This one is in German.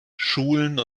schulen